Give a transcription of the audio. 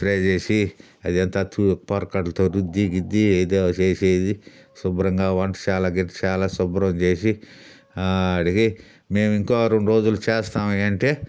spray చేసి అదంతా తు పరికాడతో రుద్ది గిద్ది ఏదో చేసేసి శుభ్రంగా వంటశాల గింటశాల శుభ్రం చేసేసి అడిగి మేము ఇంకో రెండురోజులు చేస్తాము అంటే